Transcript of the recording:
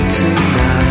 tonight